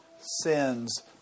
sins